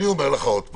אני אומר לך עוד פעם,